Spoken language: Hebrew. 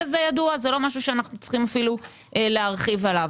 זה ידוע, וזה לא משהו שאנחנו צריכים להרחיב עליו.